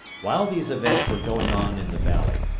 while these events were going on in the valley,